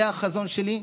זה החזון שלי.